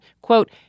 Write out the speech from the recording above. quote